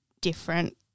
different